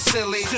Silly